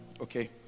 okay